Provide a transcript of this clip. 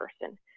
person